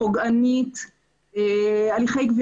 גם ההליך.